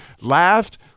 last